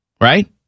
right